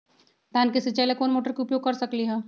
धान के सिचाई ला कोंन मोटर के उपयोग कर सकली ह?